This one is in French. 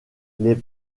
les